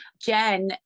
Jen